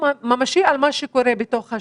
ממשי על מה שקורה בתוך השטח,